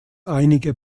einiger